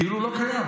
כאילו לא קיים.